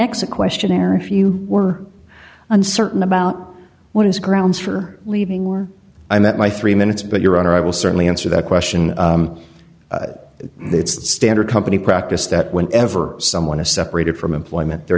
exit questionnaire if you were uncertain about what is grounds for leaving or i met my three minutes but your honor i will certainly answer that question it's standard company practice that whenever someone is separated from employment they're